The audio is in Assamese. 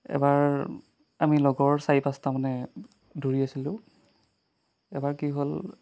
এবাৰ আমি লগৰ চাৰি পাঁচটামানে দৌৰি আছিলোঁ এবাৰ কি হ'ল